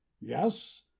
yes